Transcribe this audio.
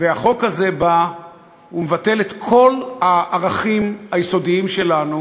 והחוק הזה בא ומבטל את כל הערכים היסודיים שלנו